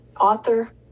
author